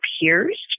peers